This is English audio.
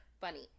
funny